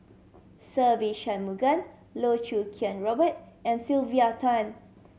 Se Ve Shanmugam Loh Choo Kiat Robert and Sylvia Tan